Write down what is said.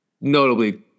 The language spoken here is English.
notably